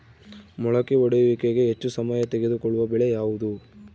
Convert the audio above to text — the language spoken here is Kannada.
ಮೊಳಕೆ ಒಡೆಯುವಿಕೆಗೆ ಹೆಚ್ಚು ಸಮಯ ತೆಗೆದುಕೊಳ್ಳುವ ಬೆಳೆ ಯಾವುದು?